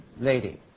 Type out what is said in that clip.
lady